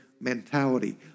mentality